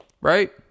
Right